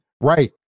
right